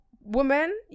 woman